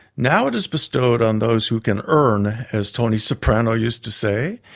now it is bestowed on those who can earn, as tony soprano used to say.